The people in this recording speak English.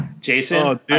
Jason